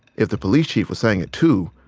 if the police chief was saying it too,